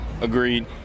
Agreed